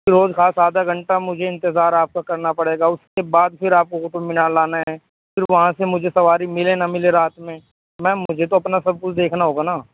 پھر حوض خاص آدھا گھنٹہ مجھے انتظار آپ کا کرنا پڑے گا اس کے بعد پھر آپ کو قطب مینار لانا ہے پھر وہاں سے مجھے سواری ملے نہ ملے رات میں میم مجھے تو اپنا سب کچھ دیکھنا ہوگا نا